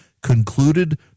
concluded